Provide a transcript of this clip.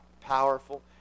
powerful